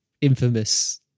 infamous